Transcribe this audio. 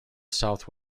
south